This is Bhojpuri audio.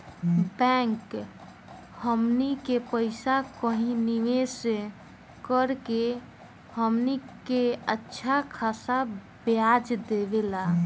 बैंक हमनी के पइसा कही निवेस कऽ के हमनी के अच्छा खासा ब्याज देवेला